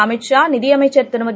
அமித்ஷா நிதியமைச்சா் திருமதி